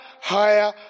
higher